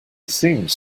seems